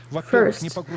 first